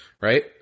Right